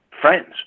friends